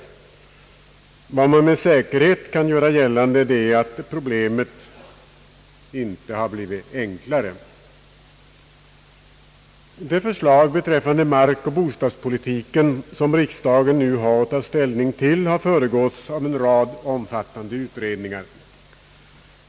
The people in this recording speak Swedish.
Vad man med säkerhet kan göra gällande är att problemet inte har blivit enklare. Det förslag beträffande markoch bostadspolitiken som riksdagen nu har att ta ställning till har föregåtts av en rad omfattande utredningar.